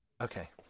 Okay